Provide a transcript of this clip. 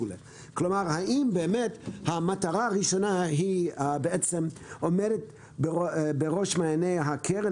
האם באמת המטרה הראשונה עומדת בראש מעייני הקרן?